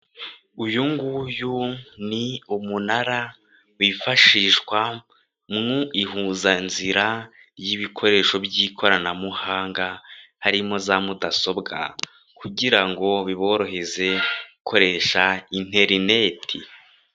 Uyu nguyu ni umunara wifashishwa mu ihuzanzira y'ibikoresho by'ikoranabuhanga, harimo za mudasobwa, kugira ngo biborohereze gukoreshasha interineti.